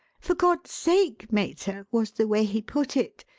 for god's sake, mater was the way he put it,